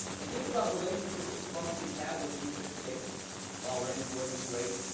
and think about relationships that strong states have with these six states bahrain, jordan, kuwait,